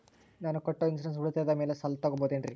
ನಾನು ಕಟ್ಟೊ ಇನ್ಸೂರೆನ್ಸ್ ಉಳಿತಾಯದ ಮೇಲೆ ಸಾಲ ತಗೋಬಹುದೇನ್ರಿ?